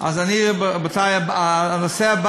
לסיים שתי דקות, אוקיי.